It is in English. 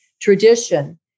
tradition